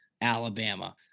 Alabama